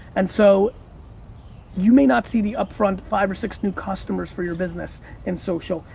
and so you may not see the upfront five or six new customers for your business in social,